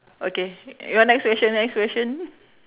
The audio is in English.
okay you want next question next question